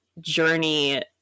journey